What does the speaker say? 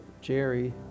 Jerry